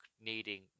needing